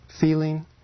feeling